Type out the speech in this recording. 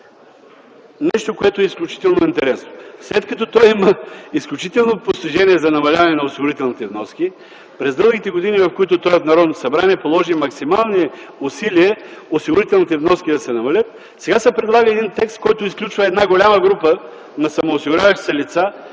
нещо, което е изключително интересно. След като той има изключително постижение за намаляване на осигурителните вноски - през дългите години, в които той е в Народното събрание, положи максимални усилия осигурителните вноски да се намалят, сега се предлага един текст, който изключва една голяма група на самоосигуряващи се лица